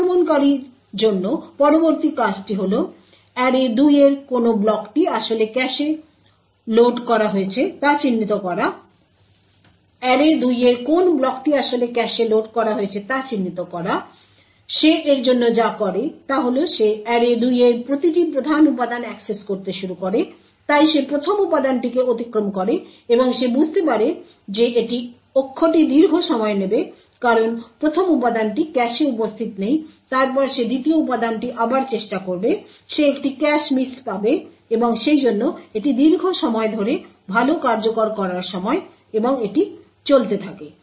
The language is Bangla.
আক্রমণকারীর জন্য পরবর্তী কাজটি হল অ্যারে 2 এর কোন ব্লকটি আসলে ক্যাশে লোড করা হয়েছে তা চিহ্নিত করা সে এর জন্য যা করে তা হল সে অ্যারে 2 এর প্রতিটি প্রধান উপাদান অ্যাক্সেস করতে শুরু করে তাই সে প্রথম উপাদানটিকে অতিক্রম করে এবং সে বুঝতে পারে যে এটি অক্ষটি দীর্ঘ সময় নেবে কারণ প্রথম উপাদানটি ক্যাশে উপস্থিত নেই তারপর সে দ্বিতীয় উপাদানটি আবার চেষ্টা করবে সে একটি ক্যাশ মিস পাবে এবং সেইজন্য এটি দীর্ঘ সময় ধরে ভাল কার্যকর করার সময় এবং এটি চলতে থাকে